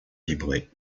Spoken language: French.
vibrer